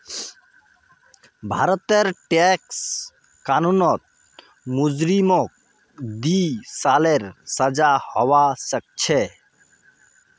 भारतेर टैक्स कानूनत मुजरिमक दी सालेर सजा हबा सखछे